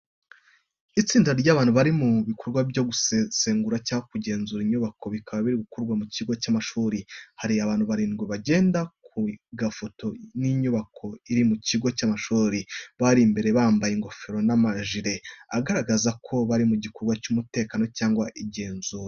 Itsinda ry’abantu bari mu bikorwa byo gusesengura cyangwa kugenzura inyubako, bikaba biri gukorerwa mu kigo cy’amashuri. Hari abantu barindwi bagenda ku igorofa y’inyubako iri mu kigo cy’amashuri. Abari imbere bambaye ingofero n’amajire agaragaza ko bari mu gikorwa cy’umutekano cyangwa igenzura.